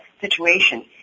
situation